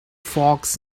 fox